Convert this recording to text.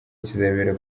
kizabera